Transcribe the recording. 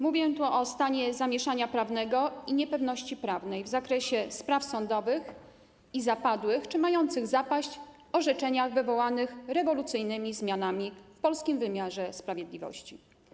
Mówię tu o stanie zamieszania prawnego i niepewności prawnej w zakresie spraw sądowych i zapadłych czy mających zapaść orzeczeniach wywołanych rewolucyjnymi zmianami w polskim wymiarze sprawiedliwości.